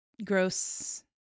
Gross